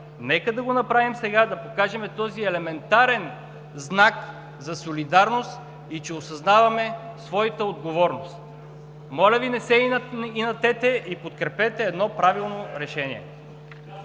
Нека да го направим сега и да покажем този елементарен знак на солидарност, че осъзнаваме своята отговорност! Моля Ви не се инатете и подкрепете едно правилно решение!